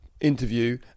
interview